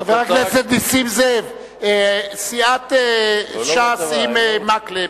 חבר הכנסת נסים זאב, סיעת ש"ס עם מקלב,